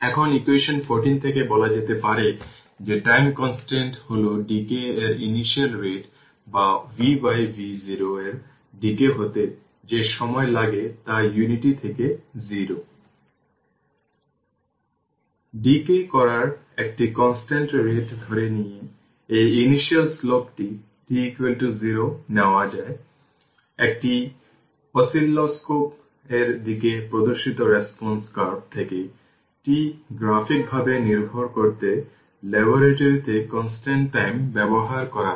এখন ইকুয়েশন 14 থেকে বলা যেতে পারে যে টাইম কনস্ট্যান্ট হল ডিকে এর ইনিশিয়াল রেট বা vv0 এর ডিকে হতে যে সময় লাগে তা একতা থেকে 0 এ ডিকে করার একটি কনস্ট্যান্ট রেট ধরে নিয়ে এই ইনিশিয়াল স্লোপটি t 0 একটি অসিলোস্কোপ এর দিকে প্রদর্শিত রেসপন্স কার্ভ থেকে τ গ্রাফিক ভাবে নির্ধারণ করতে ল্যাবরেটরি তে কনস্ট্যান্ট টাইম ব্যবহার করা হয়